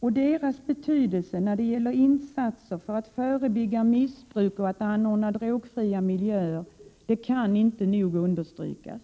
Deras betydelse när det gäller insatser för att förebygga missbruk och för att anordna drogfria miljöer kan inte nog understrykas.